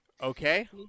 Okay